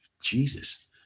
Jesus